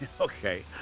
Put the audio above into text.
okay